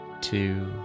two